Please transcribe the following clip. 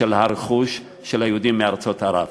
של הרכוש של היהודים מארצות הרב.